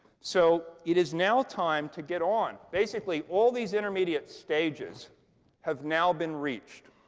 so it is now time to get on. basically, all these intermediate stages have now been reached.